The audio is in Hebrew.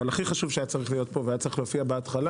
אבל הכי חשוב שהיה צריך להיות פה והיה צריך להופיע בהתחלה,